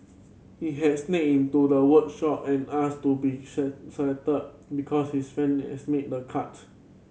he had sneaked into the workshop and asked to be selected because his friend they has made the cut